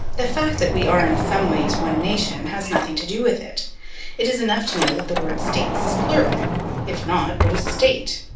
the fact that we are in some ways one nation has nothing to do with it it is enough to know that the word states is plural if not, what is state?